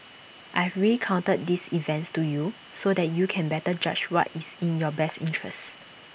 I've recounted these events to you so that you can better judge what is in your best interests